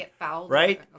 right